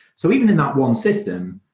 so even in that one system,